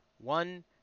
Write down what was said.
One